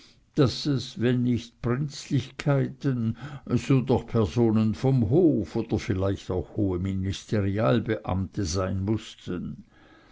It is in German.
daß es wenn nicht prinzlichkeiten so doch personen vom hof oder vielleicht auch hohe ministerialbeamte sein mußten